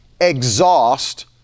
exhaust